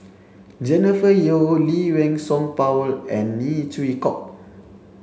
Jennifer Yeo Lee Wei Song Paul and Neo Chwee Kok